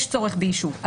כן יש צורך באישור.